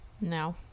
No